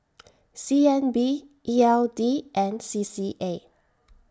C N B E L D and C C A